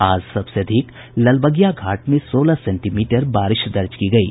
आज सबसे अधिक ललबगिया घाट में सोलह सेंटीमीटर बारिश दर्ज की गयी